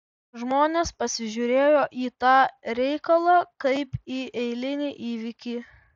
žmonės pasižiūrėjo į tą reikalą kaip į eilinį įvykį